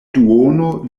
duono